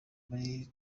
muri